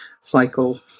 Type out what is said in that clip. cycle